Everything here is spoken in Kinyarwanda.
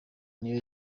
niyo